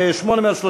59 נגד.